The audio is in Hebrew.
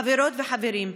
חברות וחברים,